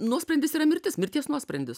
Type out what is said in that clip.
nuosprendis yra mirtis mirties nuosprendis